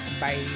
Bye